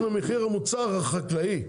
60% ממחיר המוצר החקלאי.